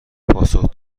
پاسخ